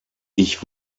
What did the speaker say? ich